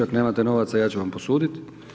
Ako nemate novaca ja ću vam posuditi.